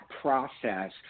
process